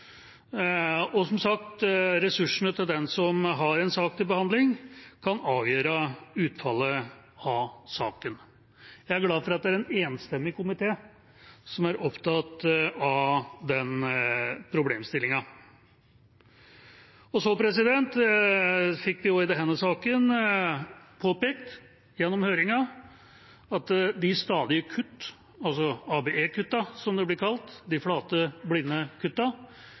og – som sagt – ressursene til den som har en sak til behandling, kan avgjøre utfallet av saken. Jeg er glad for at det er en enstemmig komité som er opptatt av den problemstillingen. Så fikk vi også i denne saken påpekt gjennom høringen at de stadige kutt – ABE-kuttene, som de blir kalt, de flate, blinde